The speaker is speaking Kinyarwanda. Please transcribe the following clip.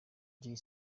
jay